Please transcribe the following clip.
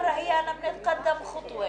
הישיבה ננעלה בשעה 12:25.